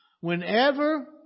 Whenever